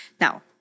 Now